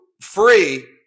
free